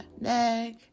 neck